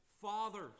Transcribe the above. fathers